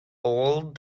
all